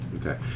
Okay